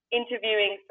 interviewing